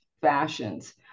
fashions